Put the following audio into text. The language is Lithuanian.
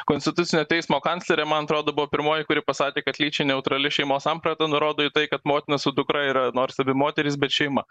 konstitucinio teismo kanclerė man atrodo buvo pirmoji kuri pasakė kad lyčiai neutrali šeimos samprata nurodo į tai kad motina su dukra yra nors abi moterys bet šeima